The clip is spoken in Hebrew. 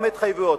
גם התחייבויות,